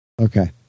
Okay